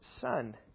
son